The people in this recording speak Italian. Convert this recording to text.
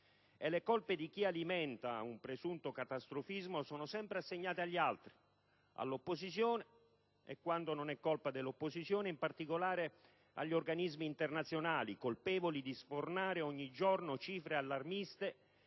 E le colpe di chi alimenta un presunto catastrofismo sono sempre assegnate agli altri, all'opposizione e, quando non è colpa dell'opposizione, in particolare agli organismi internazionali, colpevoli di sfornare ogni giorno cifre allarmiste